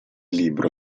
libro